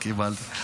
קיבלתי.